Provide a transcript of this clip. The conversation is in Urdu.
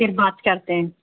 پھر بات کرتے ہیں